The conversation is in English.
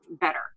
better